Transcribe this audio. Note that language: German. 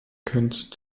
könnt